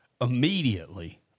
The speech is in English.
immediately